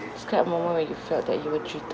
describe a moment when you felt that you were treated